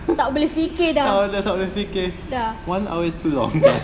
tak boleh fikir dah dah